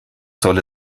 soll